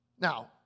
Now